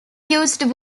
used